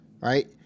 right